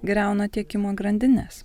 griauna tiekimo grandines